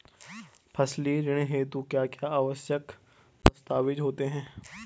फसली ऋण हेतु क्या क्या आवश्यक दस्तावेज़ होते हैं?